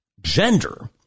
gender